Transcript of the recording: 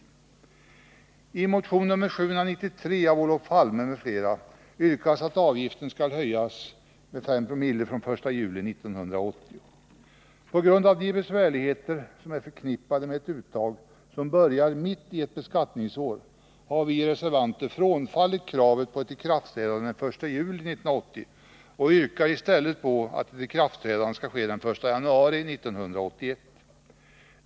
I motion 793 av Olof Palme m.fl. yrkas att avgiften skall höjas med 5 Ko från den 1 juli 1980. På grund av de besvärligheter som är förknippade med ett uttag som börjar mitt i ett beskattningsår har vi reservanter frånfallit kravet på ett ikraftträdande den 1 juli 1980 och yrkar i stället på ett ikraftträdande den 1 januari 1981.